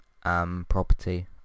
property